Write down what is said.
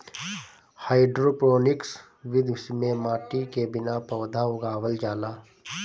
hydroponics विधि में माटी के बिना पौधा उगावल जाला